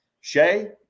Shay